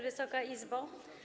Wysoka Izbo!